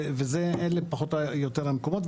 אלה פחות או יותר המקומות.